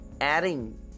adding